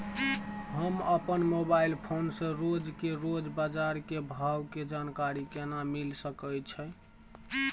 हम अपन mobile phone से रोज के रोज बाजार के भाव के जानकारी केना मिल सके छै?